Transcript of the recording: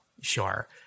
sure